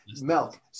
milk